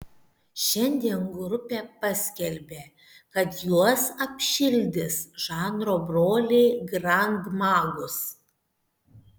šiandien grupė paskelbė kad juos apšildys žanro broliai grand magus